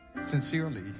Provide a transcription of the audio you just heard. sincerely